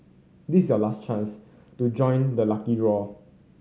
this is your last chance to join the lucky draw